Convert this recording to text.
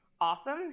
awesome